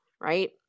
Right